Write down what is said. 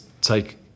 take